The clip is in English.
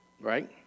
Right